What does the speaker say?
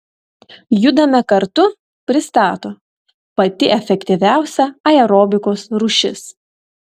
judame kartu pristato pati efektyviausia aerobikos rūšis